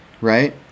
right